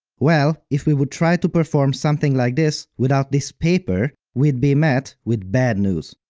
well, if we would try to perform something like this without this paper, we'll be met with bad news.